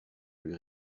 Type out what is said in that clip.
lui